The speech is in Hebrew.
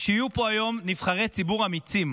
שיהיו פה היום נבחרי ציבור אמיצים,